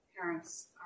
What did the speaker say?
parents